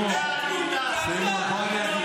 אתה אנין טעם, לא אני.